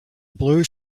blue